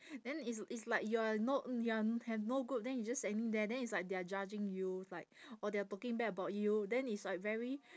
then it's it's like you're no you're have no group then you just standing there then it's like they're judging you like or they are talking bad about you then it's like very